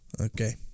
okay